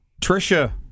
trisha